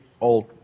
old